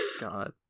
God